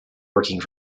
working